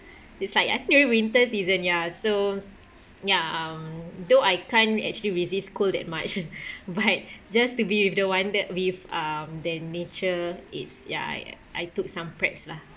it's like I feel winter season ya so ya um though I can't actually resist cold that much but just to be with the wonder with um the nature it's ya I I took some preps lah